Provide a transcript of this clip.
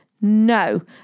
no